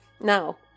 Now